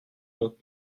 noms